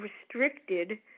restricted